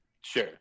Sure